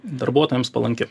darbuotojams palanki